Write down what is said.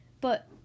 But